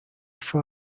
phi